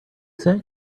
say